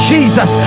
Jesus